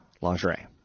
lingerie